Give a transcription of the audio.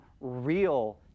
real